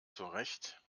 zurecht